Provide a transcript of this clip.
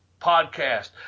podcast